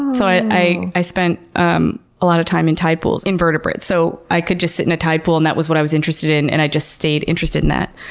and so i i spent um a lot of time in tide pools with invertebrates. so i could just sit in a tide pool and that was what i was interested in, and i just stayed interested in that.